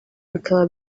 bikaba